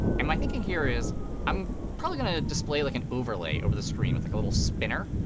and my thinking here is i'm probably going to display like an overlay over the screen with a little spinner.